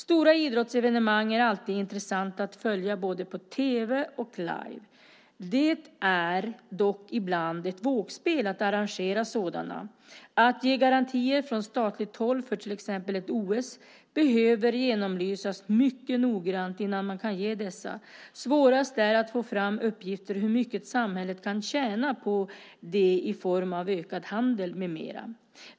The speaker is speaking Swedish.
Stora idrottsevenemang är alltid intressanta att följa både på tv och live. Det är dock ibland ett vågspel att arrangera sådana. Ska man ge garantier från statligt håll för till exempel ett OS behöver det genomlysas mycket noggrant innan man kan ge sådana. Svårast är att få fram uppgifter om hur mycket samhället kan tjäna på det i form av ökad handel med mera.